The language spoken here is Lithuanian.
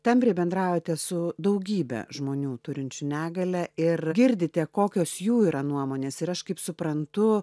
tampriai bendraujate su daugybe žmonių turinčių negalią ir girdite kokios jų yra nuomonės ir aš kaip suprantu